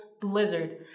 blizzard